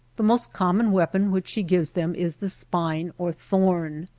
the most common weapon which she gives them is the spine or thorn.